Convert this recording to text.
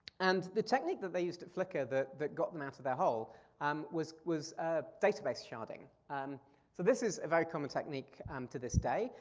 and the technique that they used at flickr that that got them out of their hole um was was ah database sharding. um so this is a very common technique to this day.